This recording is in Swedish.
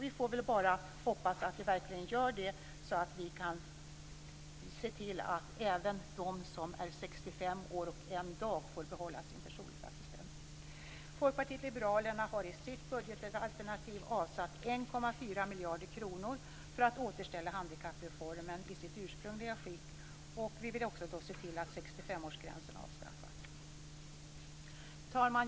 Vi får väl bara hoppas att det verkligen gör det också, så att vi kan se till att även de som är 65 år och en dag behålla sin personliga assistent. Folkpartiet liberalerna har i sitt budgetalternativ avsatt 1,4 miljarder kronor för att återställa handikappreformen i sitt ursprungliga skick, och vi vill alltså också se till att 65-årsgränsen avskaffas Fru talman!